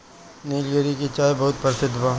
निलगिरी के चाय बहुते परसिद्ध बा